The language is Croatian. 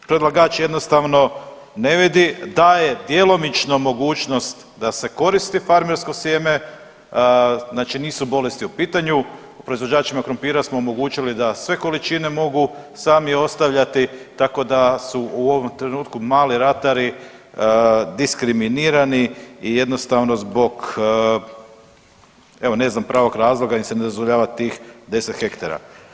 Predlagač jednostavno ne vidi, daje djelomično mogućnost da se koristi farmersko sjeme, znači nisu bolesti u pitanju, proizvođačima krumpira smo omogućili da sve količine mogu sami ostavljati, tako da su u ovom trenutku mali ratari diskriminirani i jednostavno zbog, evo ne znam pravog razloga da im se ne dozvoljava tih 10 hektara.